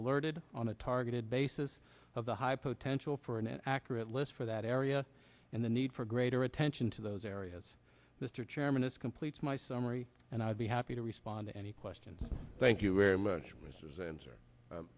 alerted on a targeted basis of the high potential for an accurate list for that area and the need for greater attention to those areas mr chairman this completes my summary and i would be happy to respond to any questions thank you very much mrs answer